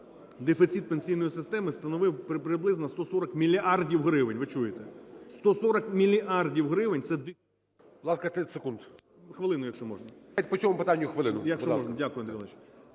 дефіцит пенсійної системи становив приблизно 140 мільярдів гривень. Ви чуєте, 140 мільярдів гривень – це…